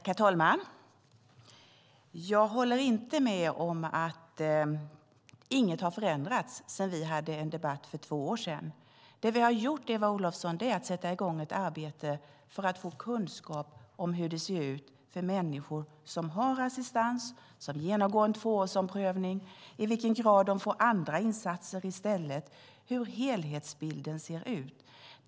Herr talman! Jag håller inte med om att inget har förändrats sedan vi debatterade för två år sedan. Vi har satt i gång ett arbete för att få kunskap om hur det ser ut för människor som har assistans, som genomgår en tvåårsomprövning, i vilken grad de får andra insatser i stället, hur helhetsbilden ser ut.